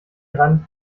rand